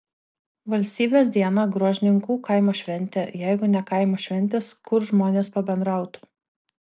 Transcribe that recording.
valstybės dieną gruožninkų kaimo šventė jeigu ne kaimo šventės kur žmonės pabendrautų